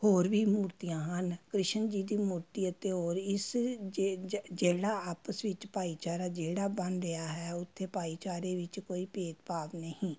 ਹੋਰ ਵੀ ਮੂਰਤੀਆਂ ਹਨ ਕ੍ਰਿਸ਼ਨ ਜੀ ਦੀ ਮੂਰਤੀ ਅਤੇ ਹੋਰ ਇਸ ਜਿਹੜਾ ਆਪਸ ਵਿੱਚ ਭਾਈਚਾਰਾ ਜਿਹੜਾ ਬਣ ਰਿਹਾ ਹੈ ਉੱਥੇ ਭਾਈਚਾਰੇ ਵਿੱਚ ਕੋਈ ਭੇਦਭਾਵ ਨਹੀਂ